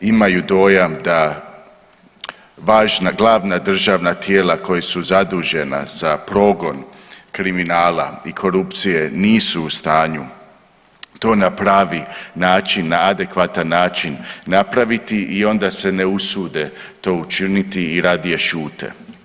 Imaju dojam da glavna državna tijela koja su zadužena za progon kriminala i korupcije nisu u stanju to na pravi način, na adekvatan način napraviti i onda se ne usude to učiniti i radije šute.